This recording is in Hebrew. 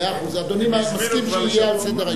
מאה אחוז, אדוני מסכים שיהיה על סדר-היום.